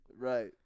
Right